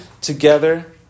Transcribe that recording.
together